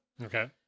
Okay